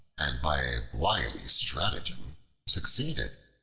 and by a wily stratagem succeeded.